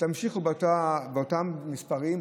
תמשיכו באותם מספרים,